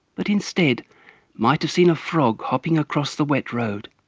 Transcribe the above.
but instead might have seen a frog hopping across the wet road.